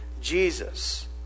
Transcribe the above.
Jesus